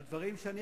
על דברים שאני,